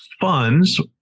funds